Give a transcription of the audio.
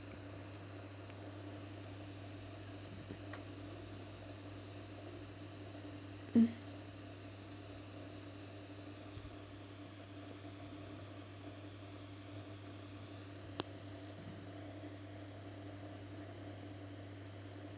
mm